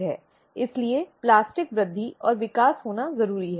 इसीलिए प्लास्टिक वृद्धि और विकास होना जरूरी है